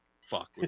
fuck